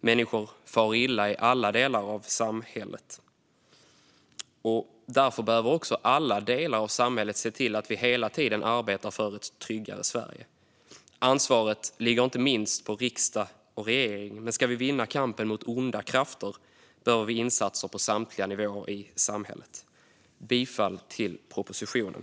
Människor far illa i alla delar av samhället, och därför behöver också alla delar av samhället se till att vi hela tiden arbetar för ett tryggare Sverige. Ansvaret ligger inte minst på riksdag och regering, men ska vi vinna kampen mot onda krafter behöver vi insatser på samtliga nivåer i samhället. Jag yrkar bifall till propositionen.